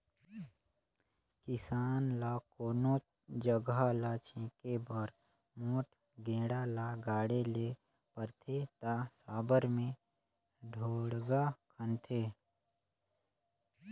किसान ल कोनोच जगहा ल छेके बर मोट गेड़ा ल गाड़े ले परथे ता साबर मे ढोड़गा खनथे